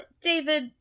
David